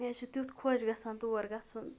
مےٚ حظ چھُ تیُتھ خۄش گژھان تور گژھُن